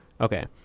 Okay